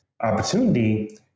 opportunity